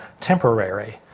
temporary